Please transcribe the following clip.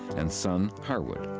and son harwood.